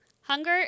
hunger